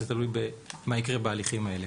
זה תלוי מה יקרה בהליכים האלה.